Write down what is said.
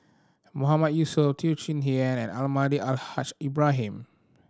Mahmood Yusof Teo Chee Hean and Almahdi Al Haj Ibrahim